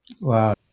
Wow